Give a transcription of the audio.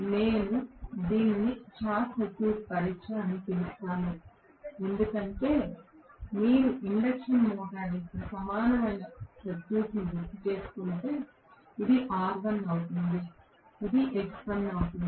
నేను దీనిని short circuit పరీక్ష అని పిలుస్తాను ఎందుకంటే మీరు ఇండక్షన్ మోటారు యొక్క సమానమైన సర్క్యూట్ను గుర్తుచేసుకుంటే ఇది R1 అవుతుంది ఇది X1 అవుతుంది